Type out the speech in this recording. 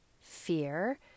fear